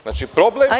Znači, problem je…